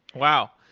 wow!